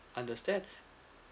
understand